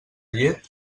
llet